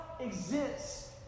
exists